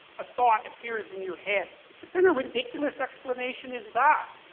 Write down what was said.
a thought appears in your head. what kind of ridiculous explanation is that?